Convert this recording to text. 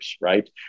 right